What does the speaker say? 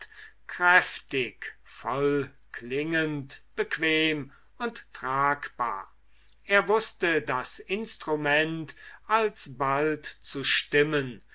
kräftig vollklingend bequem und tragbar er wußte das instrument alsbald zu stimmen